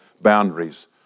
boundaries